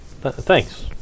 Thanks